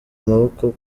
amaboko